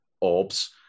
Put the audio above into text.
orbs